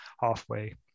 halfway